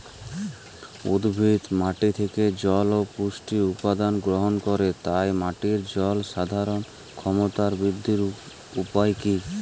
উদ্ভিদ মাটি থেকে জল ও পুষ্টি উপাদান গ্রহণ করে তাই মাটির জল ধারণ ক্ষমতার বৃদ্ধির উপায় কী?